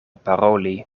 paroli